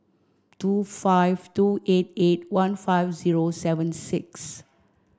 two five two eight eight one five zero seven six